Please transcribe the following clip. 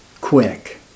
quick